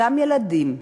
אותם ילדים,